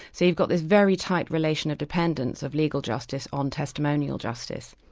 so you've got this very tight relation of dependence of legal justice on testimonial justice.